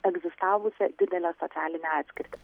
egzistavusią didelę socialinę atskirtį